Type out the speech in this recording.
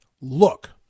look